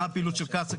מה הפעילות של קצא"א,